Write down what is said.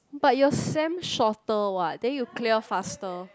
but your sem shorter what then you clear faster